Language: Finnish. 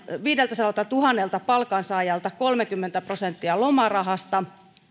viideltäsadaltatuhannelta palkansaajalta kolmekymmentä prosenttia lomarahasta